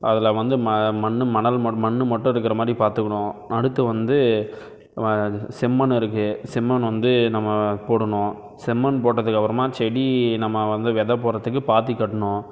அதில் வந்து ம மண்ணு மணல் மண் மண் மட்டும் இருக்கிற மாதிரி பார்த்துகுணும் அடுத்து வந்து இது செம்மண் இருக்குது செம்மண் வந்து நம்ம போடணும் செம்மண் போட்டதுக்கப்புறமா செடி நம்ம வந்து வித போடுறதுக்கு பாத்தி கட்டணும்